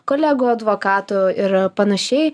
kolegų advokatų ir panašiai